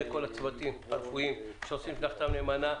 כל הצוותים הרפואיים שעושים מלאכתם נאמנה,